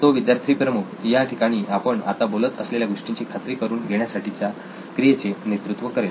तो विद्यार्थीप्रमुख या ठिकाणी आपण आता बोलत असलेल्या गोष्टींची खात्री करून घेण्यासाठीच्या क्रियेचे नेतृत्व करेल